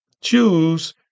Choose